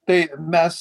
tai mes